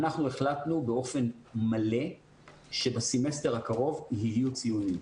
אנחנו החלטנו באופן מלא שבסמסטר הקרוב יהיו ציונים.